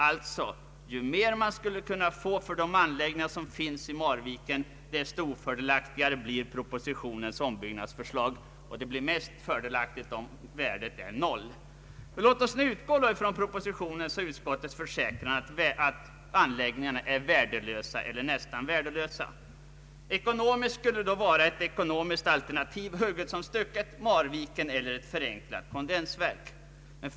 Alltså: ju mer man skulle kunna få för de anläggningar som finns i Marviken, desto ofördelaktigare blir regeringens ombyggnadsförslag. Det blir mest fördelaktigt om värdet är noll. Låt oss nöja oss med regeringens och utskottets försäkran att anläggningarna är värdelösa eller nästan värdelösa. Ekonomiskt godtagbart skulle då vara ett alternativ hugget som stucket — Marviken eller ett förenklat kondensverk.